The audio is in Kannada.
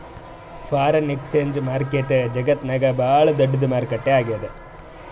ಫಾರೆನ್ ಎಕ್ಸ್ಚೇಂಜ್ ಮಾರ್ಕೆಟ್ ಜಗತ್ತ್ನಾಗೆ ಭಾಳ್ ದೊಡ್ಡದ್ ಮಾರುಕಟ್ಟೆ ಆಗ್ಯಾದ